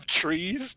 trees